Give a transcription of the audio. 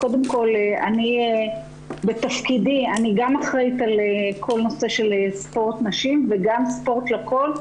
קודם כל אני בתפקידי גם אחראית על כל נושא של ספורט נשים וגם ספורט לכל,